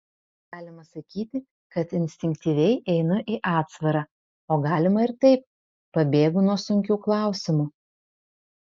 galima sakyti kad instinktyviai einu į atsvarą o galima ir taip pabėgu nuo sunkių klausimų